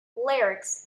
lyrics